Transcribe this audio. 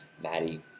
maddie